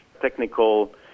technical